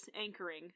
anchoring